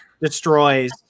destroys